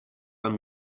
man